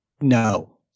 No